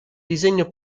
disegno